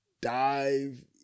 dive